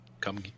Come